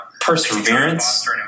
perseverance